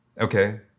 okay